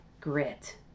grit